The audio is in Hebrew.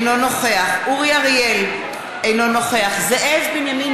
אינו נוכח אורי אריאל, אינו נוכח זאב בנימין